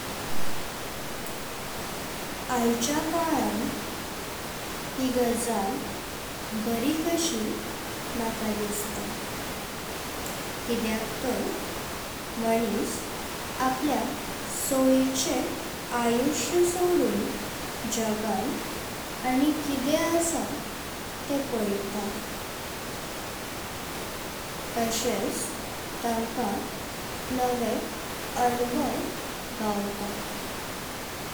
आजच कालान हे गजल बरी कशी म्हाका दिसता, कारण मानिस आपले सोयिचे आयुष्य सोडून जगान आनी कित। असा ते पायता तशेच तांका नवीन अनुभव गावता।